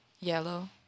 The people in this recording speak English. Yellow